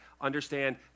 understand